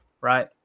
right